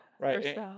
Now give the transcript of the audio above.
Right